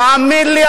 תאמין לי,